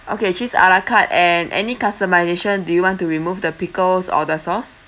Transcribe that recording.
okay cheese a la carte and any customisation do you want to remove the pickles or the sauce